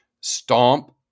stomp